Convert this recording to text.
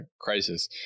crisis